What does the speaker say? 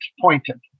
pointed